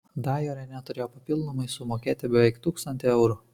dajorienė turėjo papildomai sumokėti beveik tūkstantį eurų